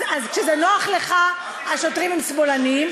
אז כשזה נוח לך, השוטרים הם שמאלנים,